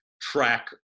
track